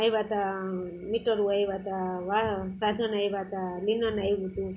આવ્યા તા મીટરું આવ્યા હતા વા સાધનો આવ્યા હતા નિનાન આવ્યું હતું